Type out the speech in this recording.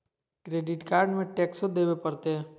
Credit card में टेक्सो देवे परते?